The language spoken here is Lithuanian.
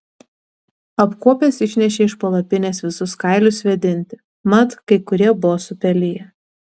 apkuopęs išnešė iš palapinės visus kailius vėdinti mat kai kurie buvo supeliję